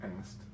asked